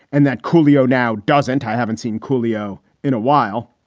and that coolio now doesn't. i haven't seen coolio in a while.